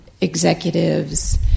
executives